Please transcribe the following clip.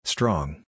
Strong